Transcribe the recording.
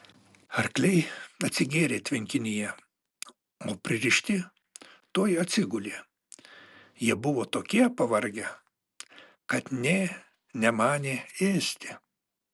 arkliai atsigėrė tvenkinyje o pririšti tuoj atsigulė jie buvo tokie pavargę kad nė nemanė ėsti